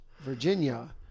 Virginia